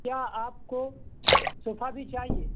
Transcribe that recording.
کیا آپ کو صوفہ بھی چاہیے